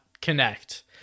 connect